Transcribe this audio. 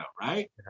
right